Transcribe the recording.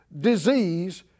disease